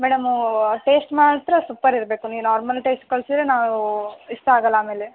ಮೇಡಮ್ಮೂ taste ಮಾತ್ರ super ಇರಬೇಕು ನೀವು ನಾರ್ಮಲ್ ಟೇಸ್ಟ್ ಕಳ್ಸಿದ್ರೆ ನಾವೂ ಇಷ್ಟ ಆಗೋಲ್ಲ ಆಮೇಲೆ